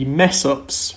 mess-ups